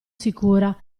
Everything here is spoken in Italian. sicura